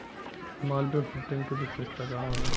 Malviya fifteen के विशेषता का होला?